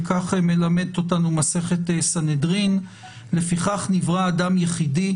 וכך מלמדת אותנו מסכת סנהדרין: "לפיכך נברא אדם יחידי,